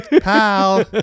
Pal